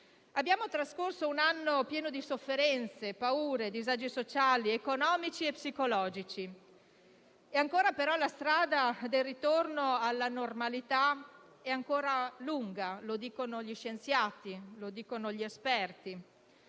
Abbiamo trascorso un anno pieno di sofferenze, paure, disagi sociali, economici e psicologici, ma la strada del ritorno alla normalità è ancora lunga: lo dicono gli scienziati, lo ribadiscono gli esperti.